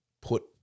put